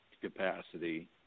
capacity